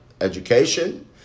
education